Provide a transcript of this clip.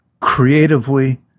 creatively